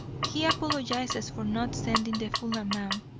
he apologises for not sending the full amount.